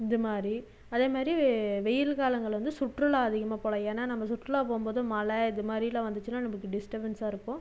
இதுமாதிரி அதேமாரி வெயில் காலங்கள்ல வந்து சுற்றுலா அதிகமாக போகலாம் ஏன்னா நம்ம சுற்றுலா போகும்போது மழை இதுமாதிரிலாம் வந்துச்சுனால் நம்மளுக்கு டிஸ்ட்டபென்ஸாக இருக்கும்